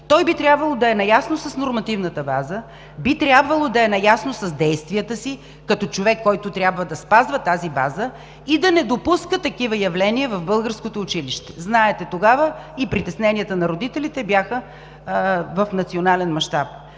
той би трябвало да е наясно с нормативната база, би трябвало да е наясно с действията си като човек, който трябва да спазва тази база и да не допуска такива явления в българското училище. Знаете, че тогава и притесненията на родителите бяха в национален мащаб.